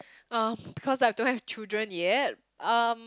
um because I don't have children yet um